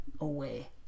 away